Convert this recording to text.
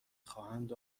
خواهند